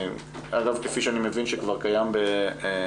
אגב, כפי שאני מבין שכבר קיים באנדומטריוזיס.